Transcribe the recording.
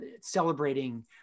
celebrating